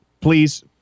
please